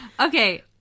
Okay